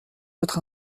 votre